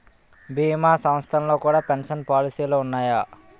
భీమా సంస్థల్లో కూడా పెన్షన్ పాలసీలు ఉన్నాయి